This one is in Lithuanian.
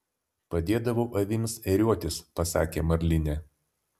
padėdavau avims ėriuotis pasakė marlinė